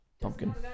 pumpkin